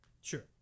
Sure